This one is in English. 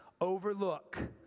overlook